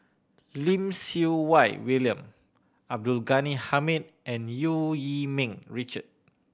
Lim Siew Wai William Abdul Ghani Hamid and Eu Yee Ming Richard